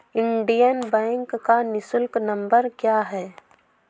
Indian bank का निःशुल्क number क्या है?